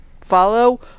follow